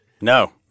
No